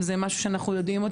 זה משהו שאנחנו יודעים.